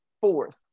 fourth